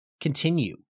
continue